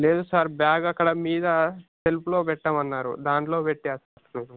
లేదు sir bag అక్కడ మీద సెల్ఫ్లో పెట్టమన్నారు దాంట్లో పెట్టా అసలు